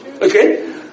okay